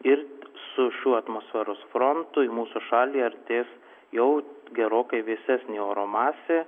ir su šiuo atmosferos frontu į mūsų šalį artės jau gerokai vėsesnė oro masė